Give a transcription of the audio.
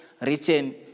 written